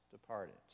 departed